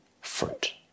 fruit